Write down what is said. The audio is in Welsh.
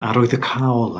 arwyddocaol